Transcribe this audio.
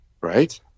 Right